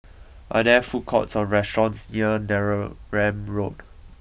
are there food courts or restaurants near Neram Road